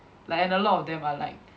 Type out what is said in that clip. like and a lot of them are like